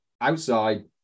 outside